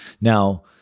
Now